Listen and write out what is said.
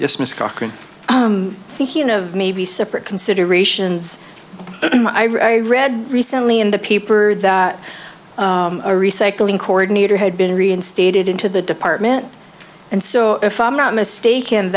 yes miss cochran i think you know maybe separate considerations i read recently in the paper that a recycling coordinator had been reinstated into the department and so if i'm not mistaken